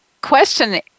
Question